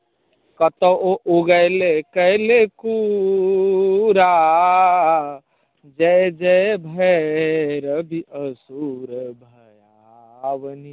कतओ उगिलि कएल कूड़ा जय जय भैरवि असुर भयाउनि